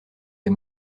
des